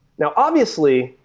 now, obviously,